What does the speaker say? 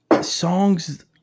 songs